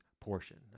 portion